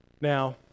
Now